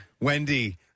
Wendy